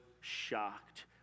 shocked